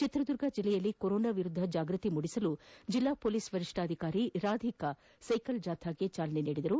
ಚಿತ್ರದುರ್ಗ ಜಿಲ್ಲೆಯಲ್ಲಿ ಕೊರೊನಾ ವಿರುದ್ದ ಜಾಗೃತಿ ಮೂಡಿಸಲು ಜಿಲ್ಲಾ ಪೊಲೀಸ್ ವರಿಷ್ಠಾಧಿಕಾರಿ ರಾಧಿಕಾ ಸೈಕಲ್ ಜಾಥಾಕ್ಕೆ ಚಾಲನೆ ನೀಡಿದರು